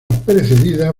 precedida